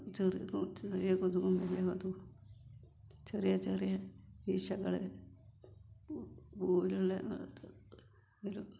ചിലപ്പം ചെറിയ കൊതുകും വലിയ കൊതുകും ചെറിയ ചെറിയ ഈച്ചകൾ പോലുള്ളത് വരും